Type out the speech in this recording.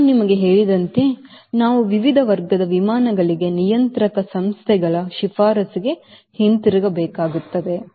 ನಾನು ನಿಮಗೆ ಹೇಳಿದಂತೆ ನಾವು ವಿವಿಧ ವರ್ಗದ ವಿಮಾನಗಳಿಗೆ ನಿಯಂತ್ರಕ ಸಂಸ್ಥೆಗಳ ಶಿಫಾರಸುಗೆ ಹಿಂತಿರುಗಬೇಕಾಗಿದೆ